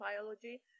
biology